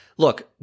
Look